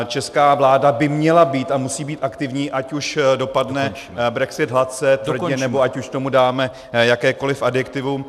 Česká vláda by měla být a musí být aktivní, ať už dopadne brexit hladce, tvrdě, nebo ať už tomu dáme jakékoliv adjektivum.